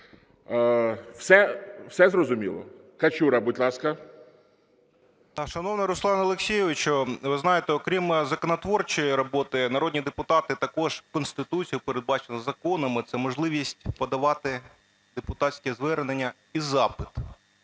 Все зрозуміло? Качура, будь ласка. 10:25:25 КАЧУРА О.А. Шановний Руслане Олексійовичу, ви знаєте, окрім законотворчої роботи, народні депутати, також Конституцією передбачено, законами, це можливість подавати депутатське звернення і запит.